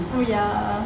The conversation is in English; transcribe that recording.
ya